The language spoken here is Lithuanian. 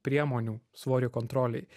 priemonių svorio kontrolei